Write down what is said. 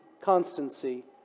constancy